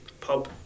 pub